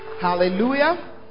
Hallelujah